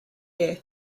year